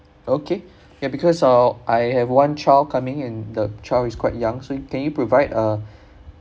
okay ya because uh I have one child coming and the child is quite young so you can you provide uh